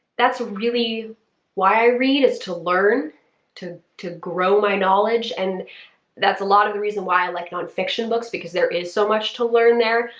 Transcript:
that's really why i read, is to learn to to grow my knowledge and that's a lot of the reason why i like non-fiction books because there is so much to learn there,